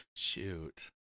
Shoot